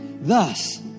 Thus